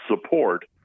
support